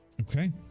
okay